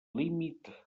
límit